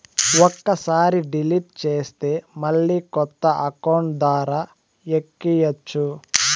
ఒక్కసారి డిలీట్ చేస్తే మళ్ళీ కొత్త అకౌంట్ ద్వారా ఎక్కియ్యచ్చు